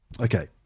okay